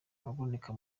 aboneka